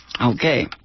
okay